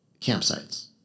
campsites